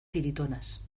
tiritonas